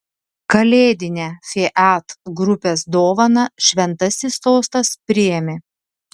kalėdinę fiat grupės dovaną šventasis sostas priėmė